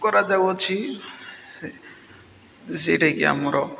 କରାଯାଉଅଛି ସେ ସେଇଟାକି ଆମର